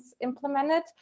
implemented